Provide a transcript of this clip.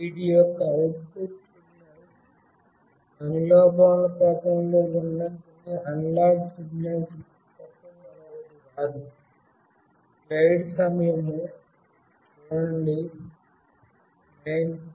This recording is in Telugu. వీటి యొక్క అవుట్పుట్ సిగ్నల్స్ కి అనులోమానుపాతంలో ఉన్న కొన్ని అనలాగ్ సిగ్నల్స్ తప్ప మరొకటి కాదు